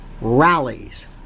rallies